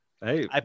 hey